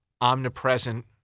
omnipresent